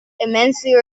immensely